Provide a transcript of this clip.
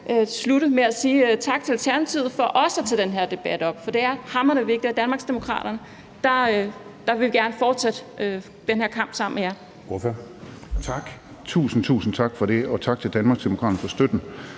slutte med at sige tak til Alternativet for også at tage den her debat op, for det er hamrende vigtigt, og Danmarksdemokraterne vil gerne fortsætte den her kamp sammen med jer.